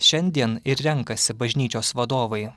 šiandien ir renkasi bažnyčios vadovai